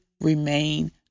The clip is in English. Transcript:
remain